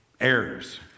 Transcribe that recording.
errors